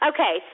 Okay